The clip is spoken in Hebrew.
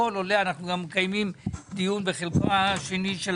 אנחנו גם מקיימים דיון בחלקה השני של